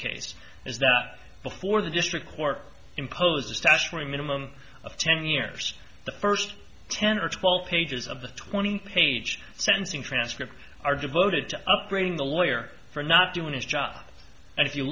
case is that before the district court imposed a stash for a minimum of ten years the first ten or twelve pages of the twenty page sentencing transcripts are devoted to upgrading the lawyer for not doing his job and if you